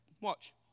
Watch